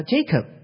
Jacob